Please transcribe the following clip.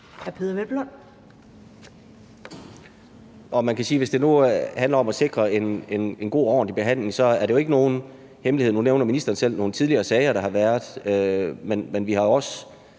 hvis det nu handler om at sikre en god og ordentlig behandling, så er det ikke nogen hemmelighed – nu nævner ministeren selv nogle tidligere sager, der har været – at vi jo også